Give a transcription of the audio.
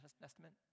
Testament